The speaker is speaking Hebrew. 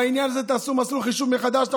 בעניין הזה תעשו חישוב מסלול מחדש.